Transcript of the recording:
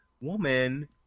woman